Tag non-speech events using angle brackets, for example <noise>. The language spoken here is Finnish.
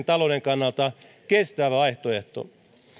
<unintelligible> talouden kannalta kestävä vaihtoehto